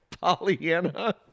Pollyanna